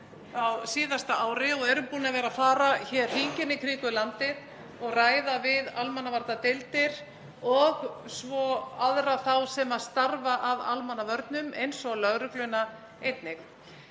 á síðasta ári og erum búin að vera að fara hér hringinn í kringum landið og ræða við almannavarnadeildir og svo aðra þá sem starfa að almannavörnum, eins og lögregluna einnig.